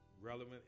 relevant